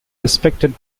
respected